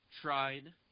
tried